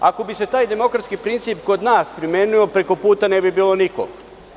Ako bi se taj demokratski princip kod nas primenio preko puta ne bi bilo nikog.